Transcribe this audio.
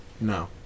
No